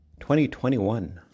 2021